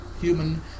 human